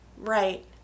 Right